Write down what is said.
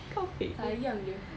sayang dia